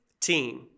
team